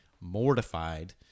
mortified